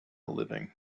living